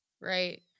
right